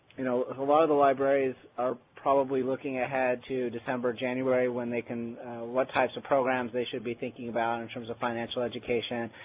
you know, a lot of the libraries are probably looking ahead to december, january when they can what types of programs they should be thinking about in terms of financial education.